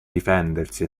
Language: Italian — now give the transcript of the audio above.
difendersi